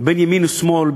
בין ימין לשמאל,